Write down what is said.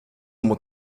mot